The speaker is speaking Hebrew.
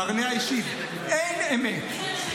ברנע השיב: אין אמת,